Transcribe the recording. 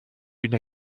une